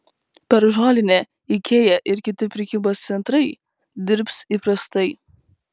per žolinę ikea ir kiti prekybos centrai dirbs įprastai